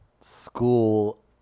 school